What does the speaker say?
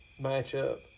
matchup